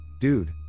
dude